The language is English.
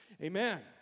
Amen